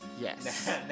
Yes